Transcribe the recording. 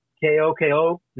K-O-K-O